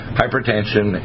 hypertension